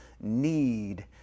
need